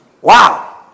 Wow